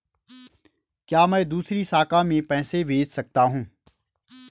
क्या मैं दूसरी शाखा में पैसे भेज सकता हूँ?